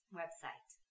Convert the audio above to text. website